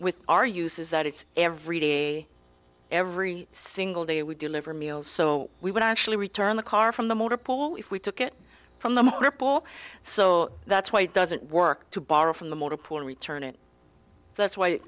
with our use is that it's every day every single day we deliver meals so we would actually return the car from the motor pool if we took it from the ripple so that's why it doesn't work to borrow from the motor pool and return it that's why